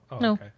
No